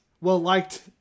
well-liked